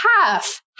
half